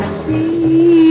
see